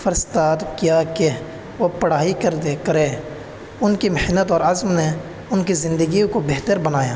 فرستاد کیا کہ وہ پڑھائی کر دے کرے ان کی محنت اور عزم نے ان کی زندگی کو بہتر بنایا